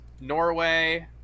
Norway